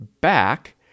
back